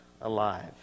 alive